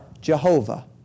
Jehovah